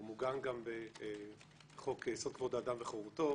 הוא גם מוגן בחוק-יסוד: כבוד האדם חירותו,